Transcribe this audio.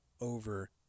over